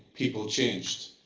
people changed.